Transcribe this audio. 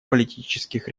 политических